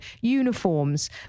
uniforms